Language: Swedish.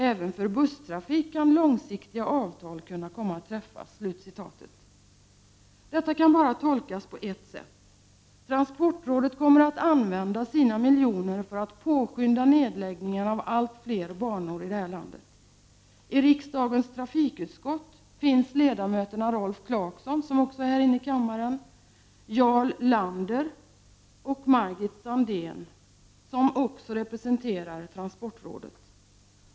Även för busstrafik kan långsiktiga avtal komma att träffas.” Detta kan bara tolkas på ett sätt: Transportrådet kommer att använda sina miljoner för att påskynda nedläggningen av allt fler banor här i landet. I riksdagens trafikutskott finns ledamöterna Rolf Clarkson, som också är närvarande i kammaren, Jarl Lander och Margit Sandéhn, söm också representerar transportrådet.